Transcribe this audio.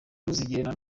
ntuzigera